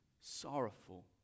sorrowful